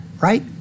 right